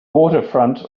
waterfront